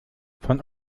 von